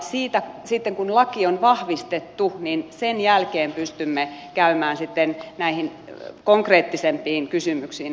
sen jälkeen kun laki on vahvistettu pystymme käymään sitten näihin konkreettisempiin kysymyksiin